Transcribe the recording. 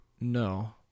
No